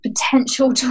potential